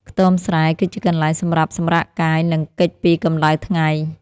ខ្ទមស្រែគឺជាកន្លែងសម្រាប់សម្រាកកាយ និងគេចពីកំដៅថ្ងៃ។